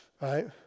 right